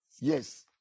yes